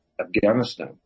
Afghanistan